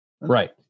Right